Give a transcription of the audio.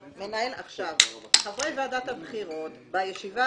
חברי ועדת הבחירות, בישיבה